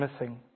missing